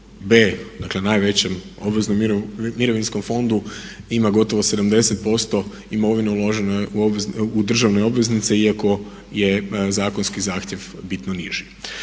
B dakle najvećem obveznom mirovinskom fondu ima gotovo 70% imovine uložene u državne obveznice kako je zakonski zahtjev bitno niži.